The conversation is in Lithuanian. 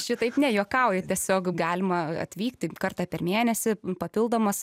šitaip ne juokauju tiesiog galima atvykti kartą per mėnesį papildomas